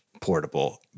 portable